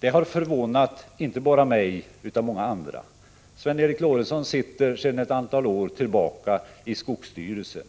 Det har förvånat inte bara mig utan många andra. Sven Eric Lorentzon sitter sedan ett antal år tillbaka i skogsstyrelsen.